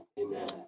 Amen